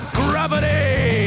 gravity